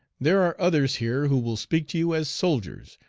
there are others here who will speak to you as soldiers,